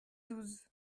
douze